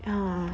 uh